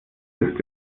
ist